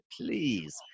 please